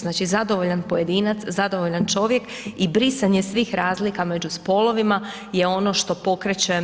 Znači, zadovoljan pojedinac, zadovoljan čovjek i brisanje svih razlika među spolovima je ono što pokreće